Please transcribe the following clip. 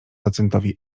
docentowi